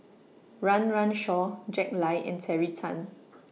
Run Run Shaw Jack Lai and Terry Tan